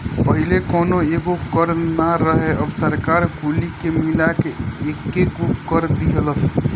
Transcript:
पहिले कौनो एगो कर ना रहे अब सरकार कुली के मिला के एकेगो कर दीहलस